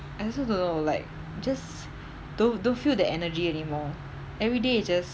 I also don't know like just don't don't feel the energy anymore every day it's just